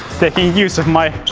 taking use of my